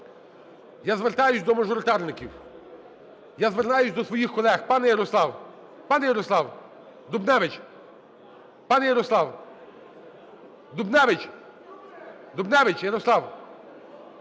Я звертаюся до мажоритарників, я звертаюся до своїх колег, пане Ярослав, пане Ярослав Дубневич, пане Ярослав Дубневич, Дубневич Ярослав,